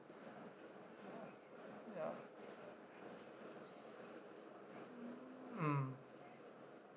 ya mm